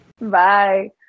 Bye